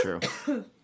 true